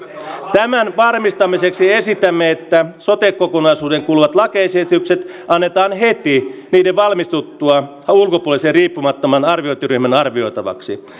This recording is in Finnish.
tämän varmistamiseksi esitämme että sote kokonaisuuteen kuuluvat lakiesitykset annetaan heti niiden valmistuttua ulkopuolisen riippumattoman arviointiryhmän arvioitavaksi